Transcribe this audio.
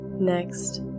Next